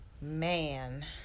Man